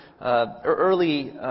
early